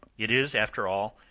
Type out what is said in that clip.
it is, after all,